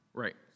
right